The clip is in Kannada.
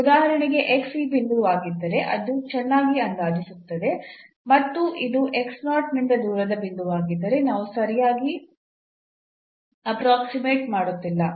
ಉದಾಹರಣೆಗೆ ಈ ಬಿಂದುವಾಗಿದ್ದರೆ ಇದು ಚೆನ್ನಾಗಿ ಅಂದಾಜಿಸುತ್ತಿದೆ ಮತ್ತು ಇದು ಈ ನಿಂದ ದೂರದ ಬಿಂದುವಾಗಿದ್ದರೆ ನಾವು ಸರಿಯಾಗಿ ಅಪ್ರಾಕ್ಸಿಮೇಟ್ ಮಾಡುತ್ತಿಲ್ಲ